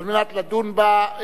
כדי לדון בה,